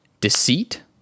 deceit